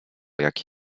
jak